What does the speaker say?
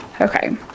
Okay